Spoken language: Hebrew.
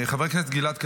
חבר הכנסת גלעד קריב.